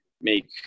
make